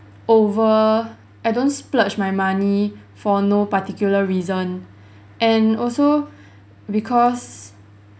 over I don't splurge my money for no particular reason and also because